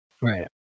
Right